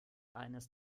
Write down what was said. eines